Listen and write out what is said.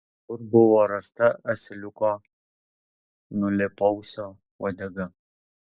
kur buvo rasta asiliuko nulėpausio uodega